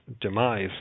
demise